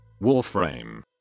Warframe